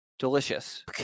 Delicious